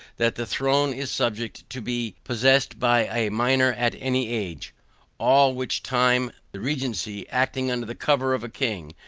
that the throne is subject to be possessed by a minor at any age all which time the regency, acting under the cover of a king,